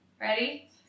Ready